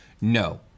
No